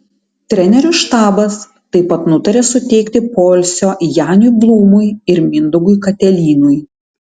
trenerių štabas taip pat nutarė suteikti poilsio janiui blūmui ir mindaugui katelynui